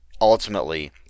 ultimately